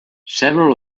several